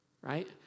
Right